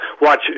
watch